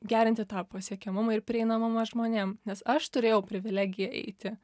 gerinti tą pasiekiamumą ir prieinamumą žmonėm nes aš turėjau privilegiją eiti